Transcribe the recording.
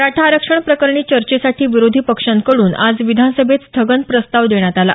मराठा आरक्षण प्रकरणी चर्चेसाठी विरोधी पक्षांकडून आज विधान सभेत स्थगन प्रस्ताव देण्यात आला